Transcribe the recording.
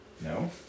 No